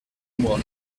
moi